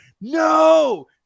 No